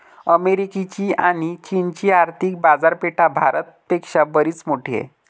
अमेरिकेची आणी चीनची आर्थिक बाजारपेठा भारत पेक्षा बरीच मोठी आहेत